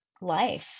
life